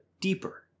deeper